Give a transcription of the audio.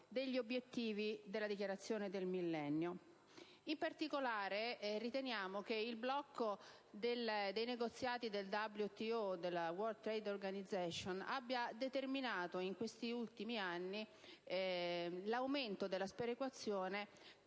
degli obiettivi della Dichiarazione del Millennio. In particolare, riteniamo che il blocco dei negoziati del WTO (*World Trade Organization*) abbia determinato in questi ultimi anni l'aumento della sperequazione